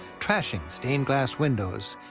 trashing stained-glass windows,